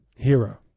Hero